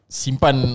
simpan